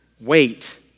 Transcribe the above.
Wait